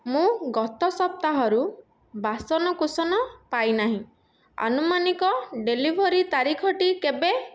ମୁଁ ଗତ ସପ୍ତାହରୁ ବାସନକୁସନ ପାଇ ନାହିଁ ଆନୁମାନିକ ଡେଲିଭରି ତାରିଖଟି କେବେ